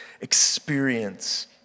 experience